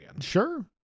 Sure